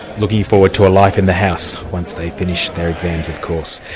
looking forward to a life in the house, once they finish their exams of course.